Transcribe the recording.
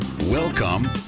welcome